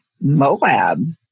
Moab